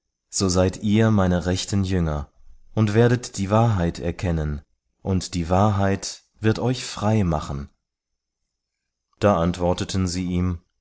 so seid ihr meine rechten jünger und werdet die wahrheit erkennen und die wahrheit wird euch frei machen da antworteten sie ihm